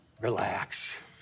Relax